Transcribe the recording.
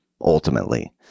ultimately